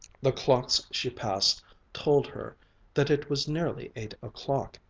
the clocks she passed told her that it was nearly eight o'clock.